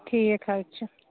ٹھیٖک حظ چھُ